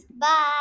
Bye